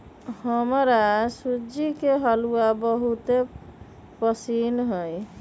हमरा सूज्ज़ी के हलूआ बहुते पसिन्न हइ